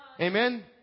Amen